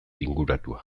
inguratuta